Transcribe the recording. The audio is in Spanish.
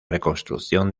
reconstrucción